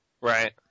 Right